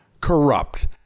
corrupt